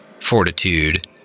Fortitude